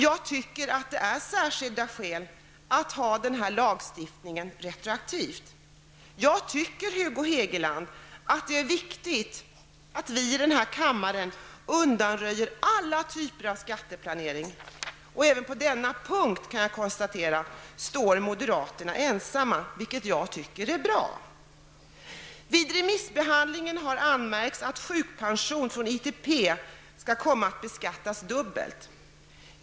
Jag tycker att det föreligger särskilda skäl för att denna lagstiftning skall vara retroaktiv. Jag tycker, Hugo Hegeland, att det är viktigt att vi i denna kammare undanröjer alla typer av skatteplanering. Jag kan konstatera att moderaterna även på denna punkt står ensamma, vilket jag tycker är bra. Vid remissbehandlingen har det anmärkts att sjukpension från ITP kommer att beskattas dubbelt.